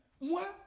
moi